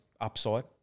upside